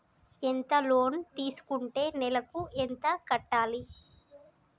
ఎంత లోన్ తీసుకుంటే నెలకు ఎంత కట్టాలి?